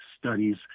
studies